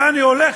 לאן היא הולכת,